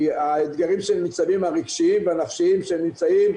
כי האתגרים הרגשיים והנפשיים שהם נמצאים,